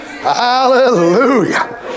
Hallelujah